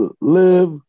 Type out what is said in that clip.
live